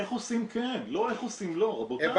איך עושים כן, לא איך עושים לא, רבותיי.